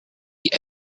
die